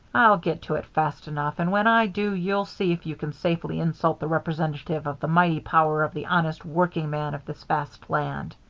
i'll get to it fast enough. and when i do you'll see if you can safely insult the representative of the mighty power of the honest workingman of this vast land.